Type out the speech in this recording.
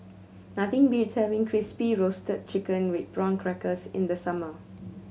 nothing beats having Crispy Roasted Chicken with Prawn Crackers in the summer